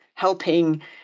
helping